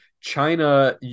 china